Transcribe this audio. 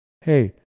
hey